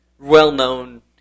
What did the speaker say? well-known